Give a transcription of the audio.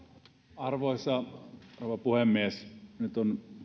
arvoisa rouva puhemies nyt on